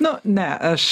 nu ne aš